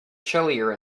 chillier